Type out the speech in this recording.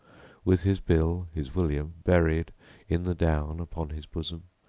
with his bill, his william, buried in the down upon his bosom,